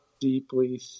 deeply